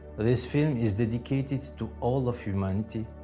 this film is dedicated to all of humanity,